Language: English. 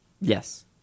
Yes